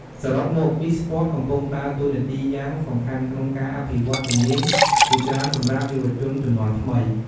សរុបមក Esports កំពុងដើរតួនាទីយ៉ាងសំខាន់ក្នុងការអភិវឌ្ឍជំនាញជាច្រើនសម្រាប់យុវជនជំនាន់ថ្មី។